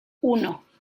uno